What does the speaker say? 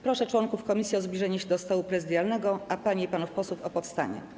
Proszę członków komisji o zbliżenie się do stołu prezydialnego, a panie i panów posłów o powstanie.